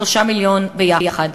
3 מיליון ביחד.